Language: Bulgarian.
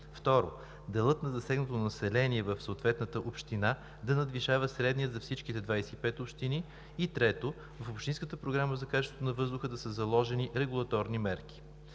Второ, делът на засегнатото население в съответната община да надвишава средния за всичките 25 общини. Трето, в общинската програма за качеството на въздуха да са заложени регулаторни мерки.